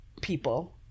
people